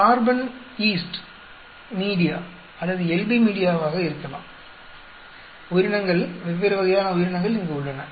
carbon yeast media அல்லது LB மீடியாவாக இருக்கலாம் உயிரினங்கள் வெவ்வேறு வகையான உயிரினங்கள் இங்குள்ளன